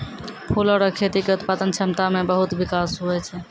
फूलो रो खेती के उत्पादन क्षमता मे बहुत बिकास हुवै छै